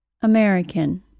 American